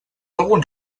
algun